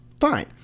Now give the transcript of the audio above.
Fine